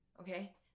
okay